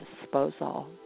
disposal